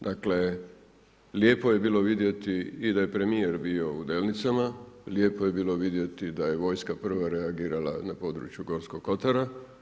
Dakle, lijepo je bilo vidjeti i da je premijer bio u Delnicama, lijepo je bilo vidjeti da je vojska prva reagirala na području Gorskog kotara.